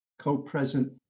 co-present